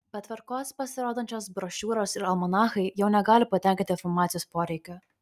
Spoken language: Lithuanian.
be tvarkos pasirodančios brošiūros ir almanachai jau negali patenkinti informacijos poreikio